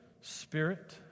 spirit